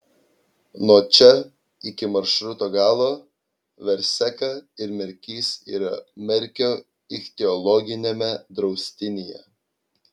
nuo čia iki maršruto galo verseka ir merkys yra merkio ichtiologiniame draustinyje